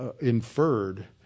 inferred